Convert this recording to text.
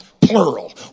plural